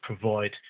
provide